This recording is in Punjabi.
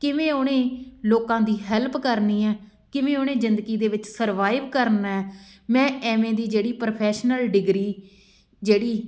ਕਿਵੇਂ ਉਹਨੇ ਲੋਕਾਂ ਦੀ ਹੈਲਪ ਕਰਨੀ ਹੈ ਕਿਵੇਂ ਉਹਨੇ ਜ਼ਿੰਦਗੀ ਦੇ ਵਿੱਚ ਸਰਵਾਈਵ ਕਰਨਾ ਮੈਂ ਐਵੇਂ ਦੀ ਜਿਹੜੀ ਪ੍ਰੋਫੈਸ਼ਨਲ ਡਿਗਰੀ ਜਿਹੜੀ